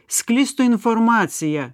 sklistų informacija